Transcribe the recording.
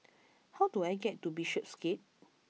how do I get to Bishopsgate